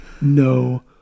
no